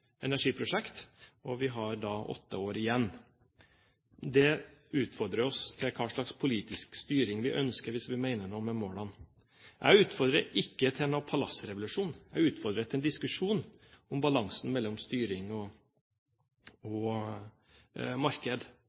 energiprosjekt – vi har da åtte år igjen. Det utfordrer oss til hva slags politisk styring vi ønsker, hvis vi mener noe med målene. Jeg utfordrer ikke til noen palassrevolusjon; jeg utfordrer til en diskusjon om balansen mellom styring og marked.